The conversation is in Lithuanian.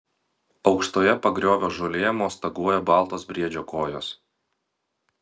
aukštoje pagriovio žolėje mostaguoja baltos briedžio kojos